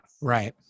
Right